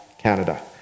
Canada